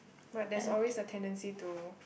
but there's always a tendency to